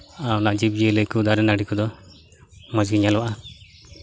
ᱟᱨ ᱚᱱᱟ ᱡᱤᱵᱽᱼᱡᱤᱭᱟᱹᱞᱚ ᱠᱚ ᱫᱟᱨᱮ ᱱᱟᱹᱲᱤ ᱠᱚᱫᱚ ᱢᱚᱡᱽ ᱜᱮ ᱧᱮᱞᱚᱜᱼᱟ